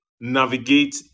navigate